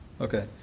Okay